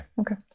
okay